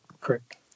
Correct